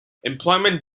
employment